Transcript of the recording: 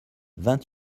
vingt